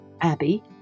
Abby